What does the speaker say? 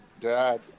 dad